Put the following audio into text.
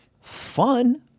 Fun